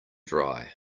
dry